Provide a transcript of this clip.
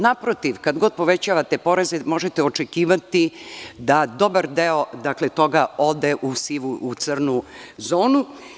Naprotiv, kad god povećavate poreze, možete očekivati da dobar deo toga ode u crnu zonu.